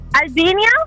Albania